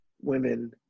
women